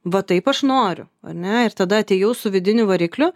va taip aš noriu ar ne ir tada atėjau su vidiniu varikliu